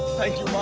thank you mom.